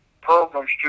programs